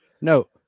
no